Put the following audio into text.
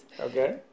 Okay